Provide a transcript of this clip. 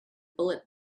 bullet